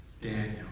Daniel